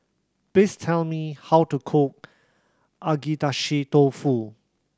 please tell me how to cook Agedashi Dofu